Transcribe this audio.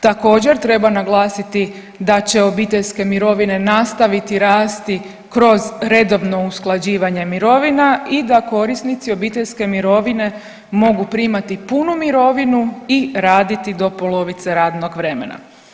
Također, treba naglasiti da će obiteljske mirovine nastaviti rasti kroz redovno usklađivanje mirovina i da korisnici obiteljske mirovine mogu primati punu mirovinu i raditi do polovice radnog vremena.